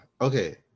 okay